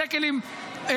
שקל עם 3.86,